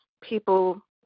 people